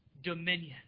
dominion